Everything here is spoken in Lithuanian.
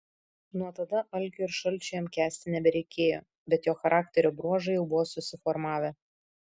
nuo tada alkio ir šalčio jam kęsti nebereikėjo bet jo charakterio bruožai jau buvo susiformavę